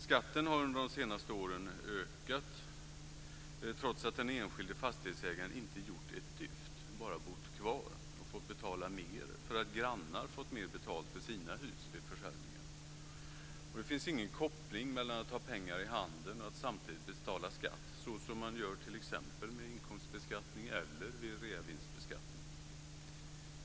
Skatten har under de senaste åren ökat trots att den enskilde fastighetsägaren inte gjort ett dyft, bara bott kvar och fått betala mer därför att grannar har fått mer betalt för sina hus vid försäljning. Det finns ingen koppling mellan att ha pengar i handen och att samtidigt betala skatt såsom man gör t.ex. vid inkomstbeskattning eller vid reavinstbeskattning.